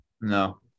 No